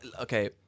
Okay